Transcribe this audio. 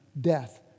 death